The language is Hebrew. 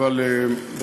לא עשר.